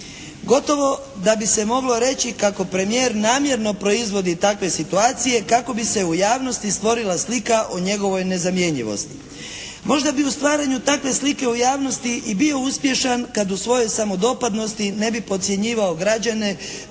Gotovo da bi se moglo reći kako premijer namjerno proizvodi takve situacije kako bi se u javnosti stvorila slika o njegovoj nezamjenjivosti. Možda bi u stvaranju takve slike u javnosti i bio uspješan kad u svojoj samodopadnosti ne bi potcjenjivao države